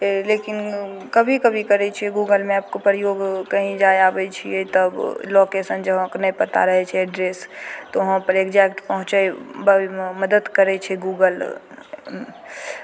लेकिन कभी कभी करै छियै गूगल मैपके प्रयोग कहीँ जाइत आबैत छियै तब लोकेशन जगहके नहि पता रहै छै एड्रेस तऽ उहाँपर एक्जैक्ट पहुँचयमे बड़ मदति करै छै गूगल